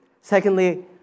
Secondly